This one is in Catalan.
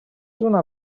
una